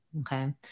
okay